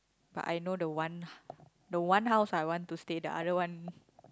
but I know the one the one house I want to stay the other one